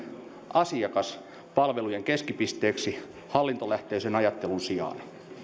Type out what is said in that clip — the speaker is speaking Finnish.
asiakas palvelujen keskipisteeksi hallintolähtöisen ajattelun sijaan